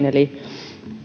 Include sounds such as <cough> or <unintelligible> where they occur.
<unintelligible> eli